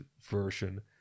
version